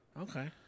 Okay